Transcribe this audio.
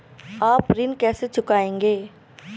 आप ऋण कैसे चुकाएंगे?